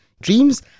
Dreams